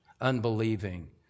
unbelieving